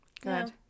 Good